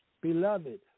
Beloved